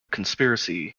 conspiracy